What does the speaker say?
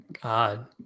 God